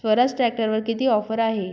स्वराज ट्रॅक्टरवर किती ऑफर आहे?